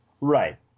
Right